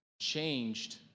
changed